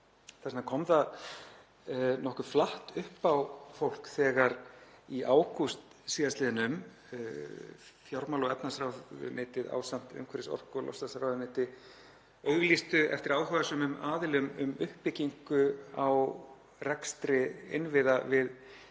Þess vegna kom það nokkuð flatt upp á fólk þegar í ágúst síðastliðnum fjármála- og efnahagsráðuneytið, ásamt umhverfis-, orku- og loftslagsráðuneyti, auglýsti eftir áhugasömum aðilum um uppbyggingu á rekstri innviða við